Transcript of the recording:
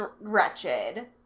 wretched